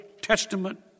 Testament